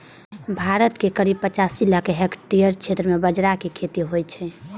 भारत मे करीब पचासी लाख हेक्टेयर क्षेत्र मे बाजरा के खेती होइ छै